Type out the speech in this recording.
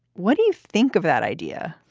what do you think of that idea?